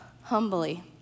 humbly